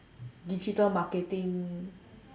digital marketing